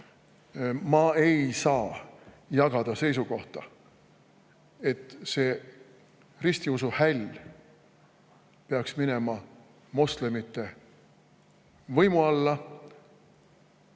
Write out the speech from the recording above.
Ma ei saa jagada seisukohta, et see ristiusu häll peaks minema moslemite võimu alla.